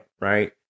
Right